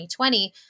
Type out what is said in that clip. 2020